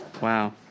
Wow